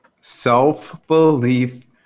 Self-belief